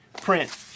print